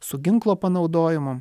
su ginklo panaudojimu